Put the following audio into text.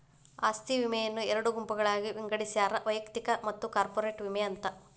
ಆಸ್ತಿ ವಿಮೆಯನ್ನ ಎರಡು ಗುಂಪುಗಳಾಗಿ ವಿಂಗಡಿಸ್ಯಾರ ವೈಯಕ್ತಿಕ ಮತ್ತ ಕಾರ್ಪೊರೇಟ್ ವಿಮೆ ಅಂತ